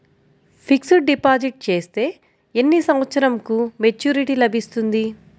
Fixed deposit చేస్తే ఎన్ని సంవత్సరంకు మెచూరిటీ లభిస్తుంది?